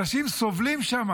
אנשים סובלים שם.